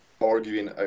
arguing